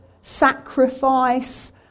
sacrifice